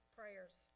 prayers